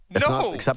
No